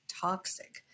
toxic